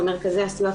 למרכזי הסיוע.